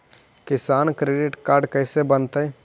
किसान credit card कैसे बनतै?